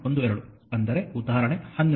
12 ಅಂದರೆ ಉದಾಹರಣೆ 12